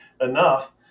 enough